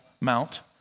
mount